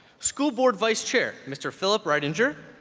school board vice chair mr. philip reitinger,